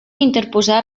interposar